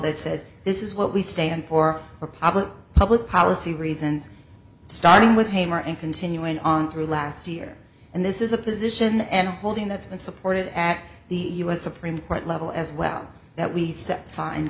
that says this is what we stand for our public public policy reasons starting with hammer and continuing on through last year and this is a position and holding that's been supported at the u s supreme court level as well that we